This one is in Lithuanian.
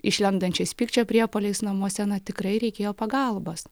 išlendančiais pykčio priepuoliais namuose na tikrai reikėjo pagalbos